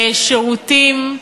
שירותים.